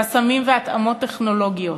חסמים והתאמות טכנולוגיות,